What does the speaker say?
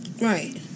right